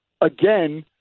Again